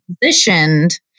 positioned